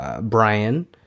Brian